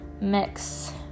mix